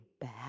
bad